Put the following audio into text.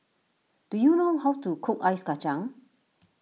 do you know how to cook Ice Kacang